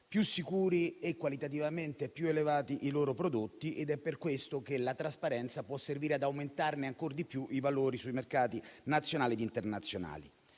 più sicuri e qualitativamente più elevati i loro prodotti. Ed è per questo che la trasparenza può servire ad aumentarne ancor di più il valore sui mercati nazionali e internazionali.